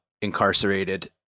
incarcerated